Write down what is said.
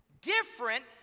different